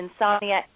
insomnia